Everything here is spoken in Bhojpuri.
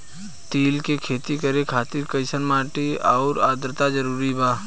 तिल के खेती करे खातिर कइसन माटी आउर आद्रता जरूरी बा?